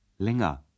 Länger